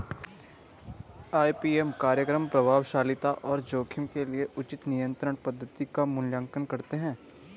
IPM कार्यक्रम प्रभावशीलता और जोखिम के लिए उचित नियंत्रण पद्धति का मूल्यांकन करते हैं